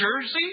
Jersey